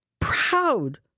proud